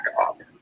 up